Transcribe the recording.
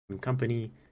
Company